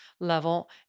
level